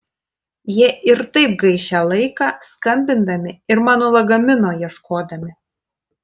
jie ir taip gaišę laiką skambindami ir mano lagamino ieškodami